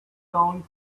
count